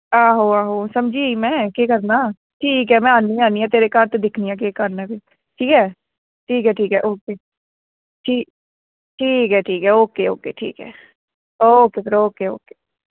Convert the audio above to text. आहो आहो समझी में केह् करना ठीक ऐ में आनी आं तेरे घर ते दिक्खनी आं कि केह् करना ठीक ऐ ठीक ऐ ठीक ऐ ओके ठीक ऐ okay okay okay okay okay